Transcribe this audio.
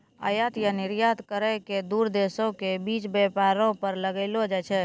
आयात या निर्यात करो के दू देशो के बीच व्यापारो पर लगैलो जाय छै